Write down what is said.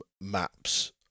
maps